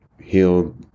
healed